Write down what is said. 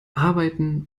arbeiten